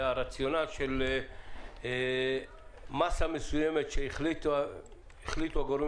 הרציונל הוא של מאסה מסוימת שהחליטו הגורמים